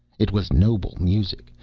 it was noble music,